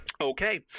Okay